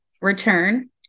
return